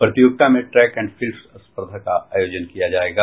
प्रतियोगिता में track and fields स्पर्धा का आयोजन किया जायेगा